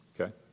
okay